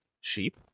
sheep